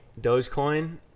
Dogecoin